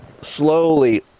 slowly